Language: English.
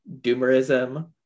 doomerism